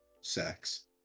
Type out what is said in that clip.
Sex